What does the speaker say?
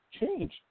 change